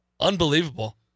Unbelievable